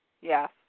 Yes